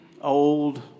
old